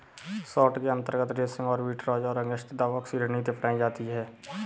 short के अंतर्गत racing arbitrage और अगेंस्ट द बॉक्स की रणनीति अपनाई जाती है